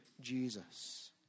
Jesus